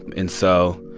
and so